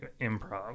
improv